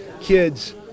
kids